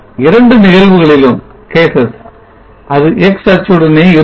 2 நிகழ்வுகளிலும் அது x அச்சுடனே இருக்கும்